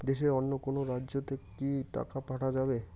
দেশের অন্য কোনো রাজ্য তে কি টাকা পাঠা যাবে?